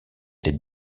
des